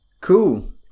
Cool